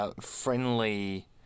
friendly